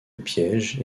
pièges